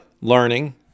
learning